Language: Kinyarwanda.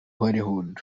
hollywood